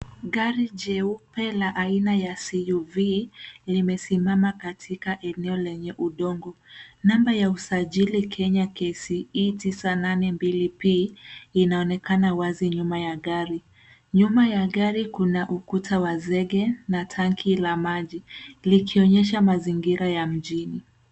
Gari jeupe, aina ya SUV, likiwa limeegeshwa katika eneo lenye udongo. Namba ya usajili ya kenya KCE 982 p inaonekana wazi nyuma ya gari. NYuma ya gari kuna ukuta wa zege na tanki la maji likionyesha mazingira ya mjini.